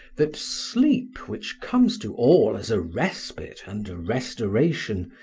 that sleep, which comes to all as a respite and a restoration,